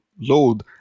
load